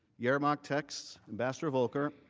yermak text ambassador volker